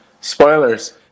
Spoilers